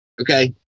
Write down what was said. okay